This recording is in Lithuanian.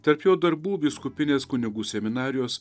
tarp jo darbų vyskupinės kunigų seminarijos